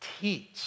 teach